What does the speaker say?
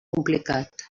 complicat